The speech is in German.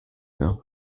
mehr